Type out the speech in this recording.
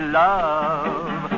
love